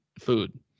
food